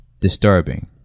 disturbing